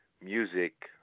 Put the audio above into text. music